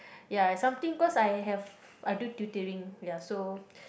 ya is something cause I have I do ya so